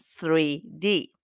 3D